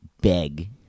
Beg